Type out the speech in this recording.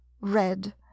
red